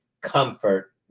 comfort